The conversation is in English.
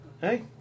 Hey